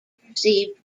perceived